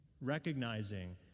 Recognizing